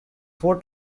four